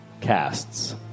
casts